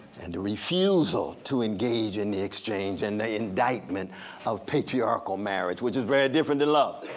and the refusal to engage in the exchange and the indictment of patriarchal marriage, which is very different than love.